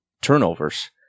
turnovers